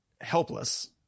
helpless